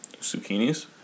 Zucchinis